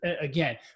again